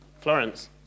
Florence